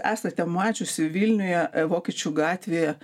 esate mačiusi vilniuje vokiečių gatvėje